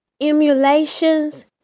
emulations